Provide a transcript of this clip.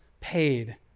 paid